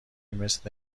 مثل